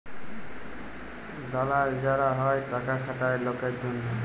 দালাল যারা হ্যয় টাকা খাটায় লকের জনহে